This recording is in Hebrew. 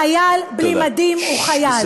חייל בלי מדים הוא חייל.